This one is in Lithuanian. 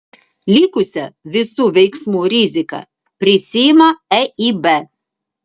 likusią visų veiksmų riziką prisiima eib